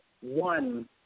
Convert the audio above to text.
one